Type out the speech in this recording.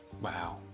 Wow